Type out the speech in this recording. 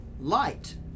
Light